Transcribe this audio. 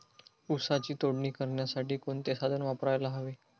ऊसाची तोडणी करण्यासाठी कोणते साधन वापरायला हवे?